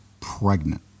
pregnant